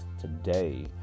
Today